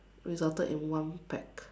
resulted in one pack